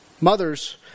Mothers